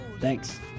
Thanks